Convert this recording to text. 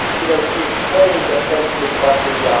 you know, she explained essentially what the. um